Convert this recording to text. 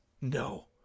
No